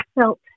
felt